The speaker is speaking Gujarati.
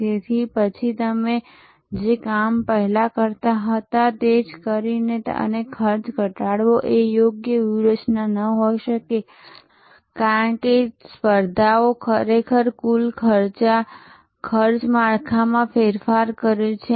તેથી પછી તમે જે કામ પહેલા કરતા હતા તે જ કરીને અને ખર્ચ ઘટાડવો એ યોગ્ય વ્યૂહરચના ન હોઈ શકે કારણ કે સ્પર્ધાએ ખરેખર કુલ ખર્ચ માળખામાં ફેરફાર કર્યો છે